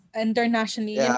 internationally